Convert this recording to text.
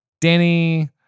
Danny